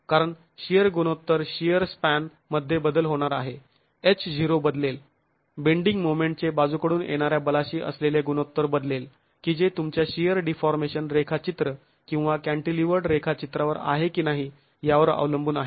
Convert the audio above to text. कारण शिअर गुणोत्तर shear span मध्ये बदल होणार आहे h0 बदलेल बेंडींग मोमेंट चे बाजूकडून येणाऱ्या बलाशी असलेले गुणोत्तर बदलेल की जे तुमच्या शिअर डीफॉर्मेशन रेखाचित्र किंवा कॅंटिलीवर्ड रेखाचित्रावर आहे की नाही यावर अवलंबून आहे